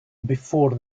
before